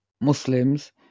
Muslims